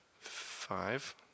Five